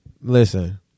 Listen